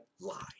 lie